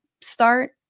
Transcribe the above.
start